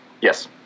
Yes